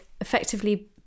effectively